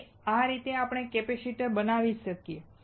તેથી આ રીતે આપણે કેપેસિટર બનાવી શકીએ